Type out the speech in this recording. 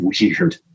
weird